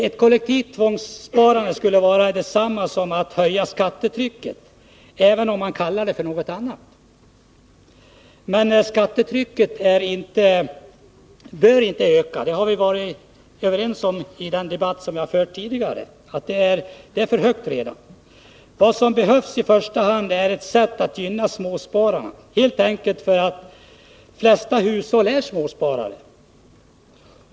Ett kollektivt tvångssparande skulle vara detsamma som att höja skattetrycket, även om man kallar det för något annat. Men skattetrycket bör inte öka — det har vi varit överens om i den debatt som vi har fört tidigare — eftersom det redan är för högt. Vad som behövs i första hand är ett sätt att gynna småspararna, helt enkelt därför att de flesta hushåll är småsparare.